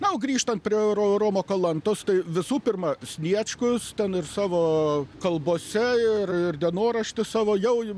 na o grįžtant prie romo kalantos tai visų pirma sniečkus ten ir savo kalbose ir dienorašty savo jau